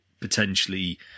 potentially